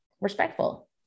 respectful